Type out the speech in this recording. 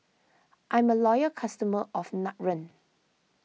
I'm a loyal customer of Nutren